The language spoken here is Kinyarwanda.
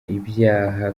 ibyaha